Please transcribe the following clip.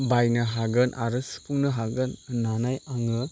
बायनो हागोन आरो सुफुंनो हागोन होननानै आङो